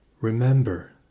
Remember